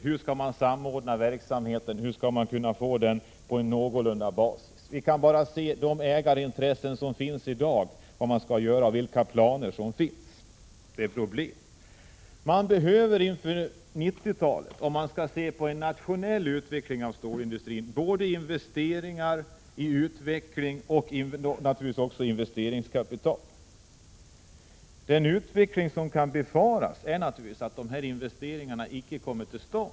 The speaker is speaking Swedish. Hur skall de kunna samordna verksamheten och få en någorlunda grund för den? De ägarintressen och planer som finns i dag gör att det blir problem. För en nationell utveckling av stålindustrin inför 1990-talet behövs kapital för investeringar i utveckling. Den utveckling som kan befaras är naturligtvis att dessa investeringar inte kommer till stånd.